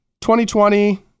2020